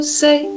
say